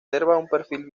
perfil